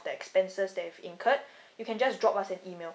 that expenses that if incurre you can just drop us an email